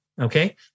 okay